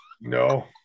no